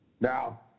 Now